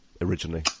originally